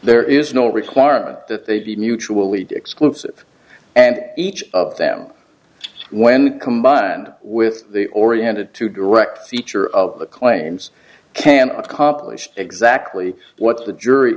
there is no requirement that they be mutually exclusive and each of them when combined with the oriented to direct feature of the claims can accomplish exactly what the jury